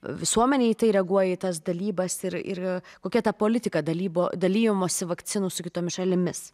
visuomenė į tai reaguoja į tas dalybas ir ir kokia ta politika dalybų dalijimosi vakcinų su kitomis šalimis